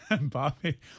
Bobby